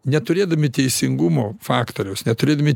neturėdami teisingumo faktoriaus neturėdami